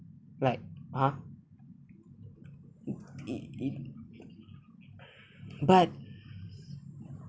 like ah it it but